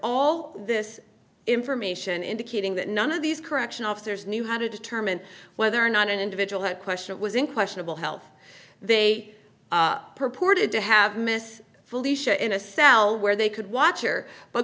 all this information indicating that none of these correctional officers knew how to determine whether or not an individual that question was in questionable health they purported to have miss felicia in a cell where they could watcher but